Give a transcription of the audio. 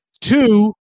Two